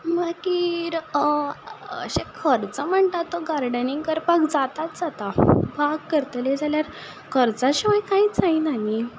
मागीर अशें खर्चो म्हणटात तो गार्डनिंग करपाक जाताच जाता बाग करतले जाल्यार खर्च्या शिवाय कांयच जायना न्ही